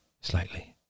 slightly